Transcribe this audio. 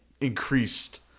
increased